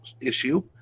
issue